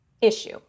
issue